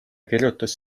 kirjutas